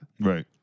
Right